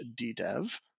ddev